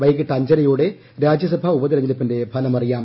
വൈകിട്ട് അഞ്ചരയോടെ രാജ്യസഭാ ഉപതെരഞ്ഞെടുപ്പിന്റെ ഫലം അറിയാം